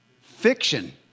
Fiction